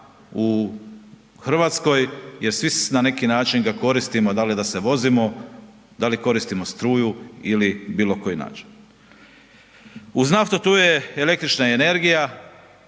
nama u RH jer svi na neki način ga koristimo, da li da se vozimo, da li koristimo struju ili bilo koji način. Uz naftu, tu je električna energija,